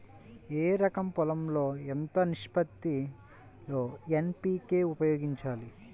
ఎకరం పొలం లో ఎంత నిష్పత్తి లో ఎన్.పీ.కే ఉపయోగించాలి?